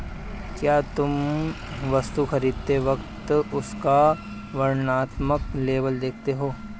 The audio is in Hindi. क्या तुम वस्तु खरीदते वक्त उसका वर्णात्मक लेबल देखते हो?